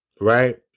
Right